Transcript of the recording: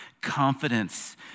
confidence